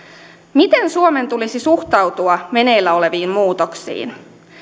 miten suomen tulisi suhtautua meneillä oleviin muutoksiin